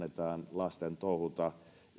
lasten touhuta